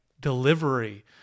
delivery